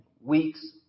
weeks